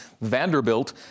Vanderbilt